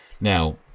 Now